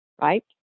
Right